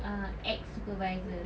uh ex-supervisor